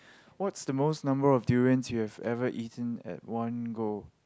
what's the most number of durians you've ever eaten at one go